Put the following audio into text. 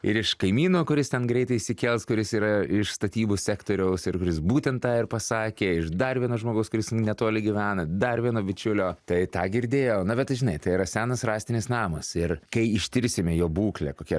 ir iš kaimyno kuris ten greitai išsikels kuris yra iš statybų sektoriaus ir kuris būtent tą ir pasakė iš dar vieno žmogaus kuris netoli gyvena dar vieno bičiulio tai tą girdėjau na bet tai žinai tai yra senas rąstinis namas ir kai ištirsime jo būklę kokia